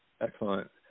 Excellent